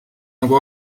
nagu